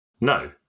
No